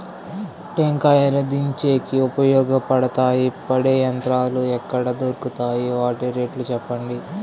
టెంకాయలు దించేకి ఉపయోగపడతాయి పడే యంత్రాలు ఎక్కడ దొరుకుతాయి? వాటి రేట్లు చెప్పండి?